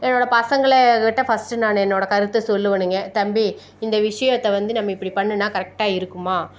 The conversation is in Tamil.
என்னோட பசங்கள் கிட்டே ஃபஸ்ட்டு நான் என்னோட கருத்தை சொல்லுவேனுங்க தம்பி இந்த விஷயத்தை வந்து நம்ம இப்படி பண்ணின்னா கரெக்டாக இருக்குமா